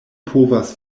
povas